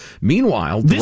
Meanwhile